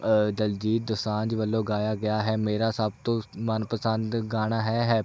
ਦਲਜੀਤ ਦੋਸਾਂਝ ਵੱਲੋਂ ਗਾਇਆ ਗਿਆ ਹੈ ਮੇਰਾ ਸਭ ਤੋਂ ਮਨਪਸੰਦ ਗਾਣਾ ਹੈ ਹੈ